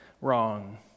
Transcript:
wrong